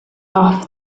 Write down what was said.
off